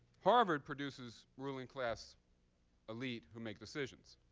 harvard produces ruling class elite who make decisions.